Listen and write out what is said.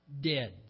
dead